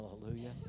hallelujah